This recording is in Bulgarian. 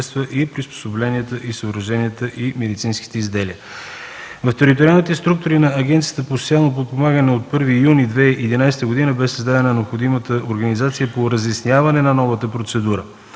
На териториалните структури на Агенцията за социално подпомагане от 1 юни 2011 г. беше създадена необходимата организация по разясняване на новата процедура.